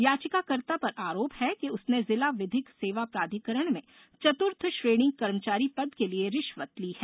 याचिकाकर्ता पर आरोप है कि उसने जिला विधिक सेवा प्राधिकरण में चतुर्थ श्रेणी कर्मचारी पद के लिए रिश्वत ली है